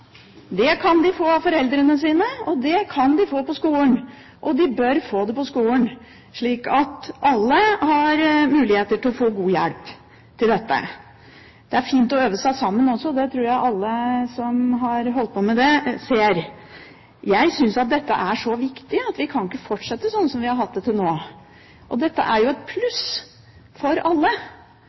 på skolen. De bør få det på skolen, slik at alle har muligheter til å få god hjelp til dette. Det er fint å øve seg sammen også, det tror jeg alle som har holdt på med det, ser. Jeg synes at dette er så viktig at vi ikke kan fortsette sånn som vi har hatt det til nå. Dette er jo et pluss for alle.